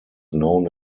known